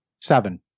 seven